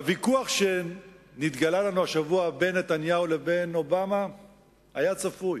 הוויכוח שנתגלה לנו השבוע בין נתניהו ובין אובמה היה צפוי.